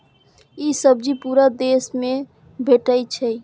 ई सब्जी पूरा देश मे भेटै छै